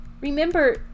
remember